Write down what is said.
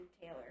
Taylor